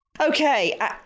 okay